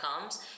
comes